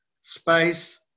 space